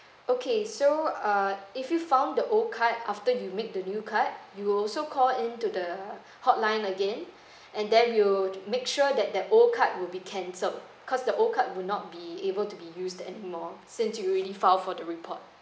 okay so err if you found the old card after you make the new card you will also call in to the hotline again and then we'll make sure that the old card will be cancelled cause the old card would not be able to be used anymore since you already filed for the report